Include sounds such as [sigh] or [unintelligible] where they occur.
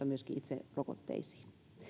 [unintelligible] myöskin itse rokotteisiin